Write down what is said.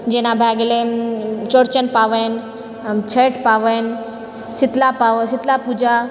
जेना भए गेलै चौड़चन पाबनि छठि पाबनि शीतला पूजा